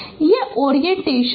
तो यह ओरिएंटेशन है